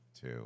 two